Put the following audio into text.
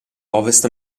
ovest